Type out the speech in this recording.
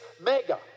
mega